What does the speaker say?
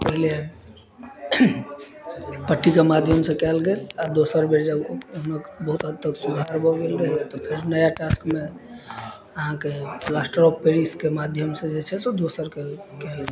पहिले पट्टीके माध्यम से कयल गेल आ दोसर बेर जब बहुत हद तक सुधार भऽ गेलै तऽ फेर नया टास्कमे अहाँके प्लास्टर ऑफ पेरिसके माध्यम से जे छै से दोसरके कयल गेल